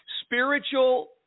spiritual